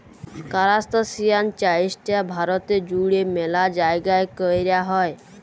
কারাস্তাসিয়ান চাইশটা ভারতে জুইড়ে ম্যালা জাইগাই কৈরা হই